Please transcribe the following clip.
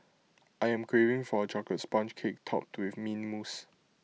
I am craving for A Chocolate Sponge Cake Topped with Mint Mousse